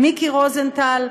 מיקי רוזנטל,